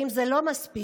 אם זה לא מספיק,